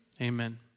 Amen